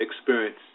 experience